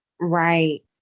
Right